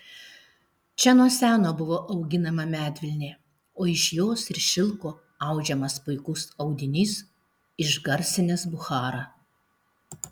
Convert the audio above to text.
čia nuo seno buvo auginama medvilnė o iš jos ir šilko audžiamas puikus audinys išgarsinęs bucharą